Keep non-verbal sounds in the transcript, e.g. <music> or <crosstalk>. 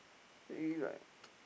actually like <noise>